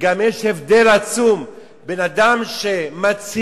וגם יש הבדל עצום בין אדם שמצהיר